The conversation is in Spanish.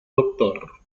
doctor